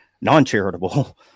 non-charitable